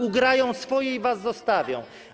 Ugrają swoje i was zostawią.